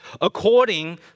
according